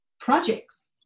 projects